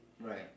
Right